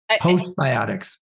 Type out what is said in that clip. postbiotics